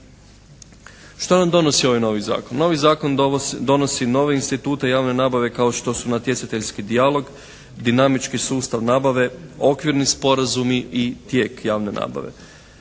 Što nam donosi ovaj novi zakon? Novi zakon donosi nove institute javne nabave kao što su natjecateljski dijalog, dinamički sustav nabave, okvirni sporazumi i tijek javne nabave.